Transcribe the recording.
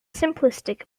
simplistic